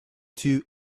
two